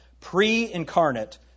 pre-incarnate